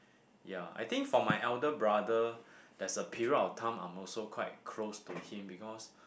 ya I think for my elder brother there's a period of time I'm also quite close to him because